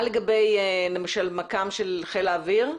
מה למשל לגבי מכ"ם של חיל האוויר?